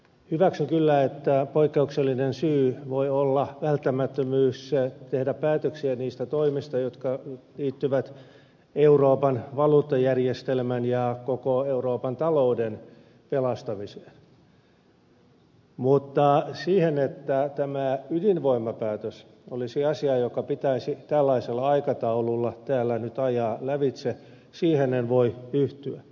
hyväksyn kyllä että poikkeuksellinen syy voi olla välttämättömyys tehdä päätöksiä niistä toimista jotka liittyvät euroopan valuuttajärjestelmän ja koko euroopan talouden pelastamiseen mutta siihen että tämä ydinvoimapäätös olisi asia joka pitäisi tällaisella aikataululla täällä nyt ajaa lävitse en voi yhtyä